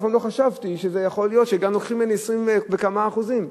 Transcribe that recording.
אף פעם לא חשבתי שיכול להיות שגם לוקחים ממני 20 וכמה אחוזים.